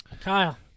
Kyle